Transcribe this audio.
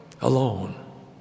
alone